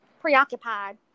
preoccupied